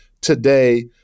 today